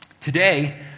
Today